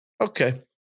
okay